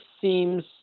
seems